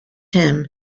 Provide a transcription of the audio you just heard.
him